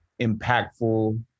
impactful